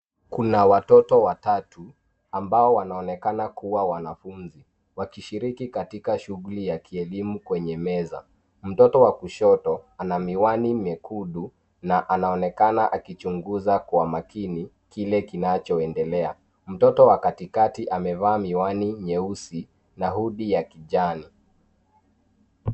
Kuna watoto watatu, ambao wanaonekana kuwa wanafunzi. Wakishiriki katika shughuli ya kielimu kwenye meza .Mtoto wa kushoto, ana miwani mekundu na anaonekana akichunguza kwa makini, kile kinachoendelea. Mtoto wa katikati amevaa miwani nyeusi na hudi ya kijani.